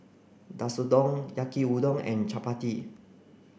Katsudon Yaki Udon and Chapati